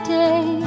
day